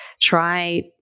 try